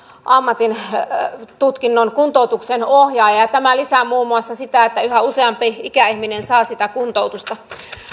ammattitutkinnon kuntoutuksen ohjaaja tämä lisää muun muassa sitä että yhä useampi ikäihminen saa kuntoutusta